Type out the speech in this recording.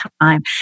time